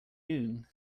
noon